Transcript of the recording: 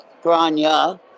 Grania